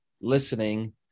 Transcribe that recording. listening